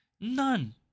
None